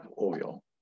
oil